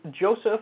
Joseph